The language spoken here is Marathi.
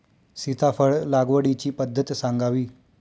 सीताफळ लागवडीची पद्धत सांगावी?